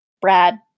Brad